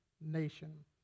nation